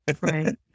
Right